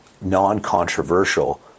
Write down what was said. non-controversial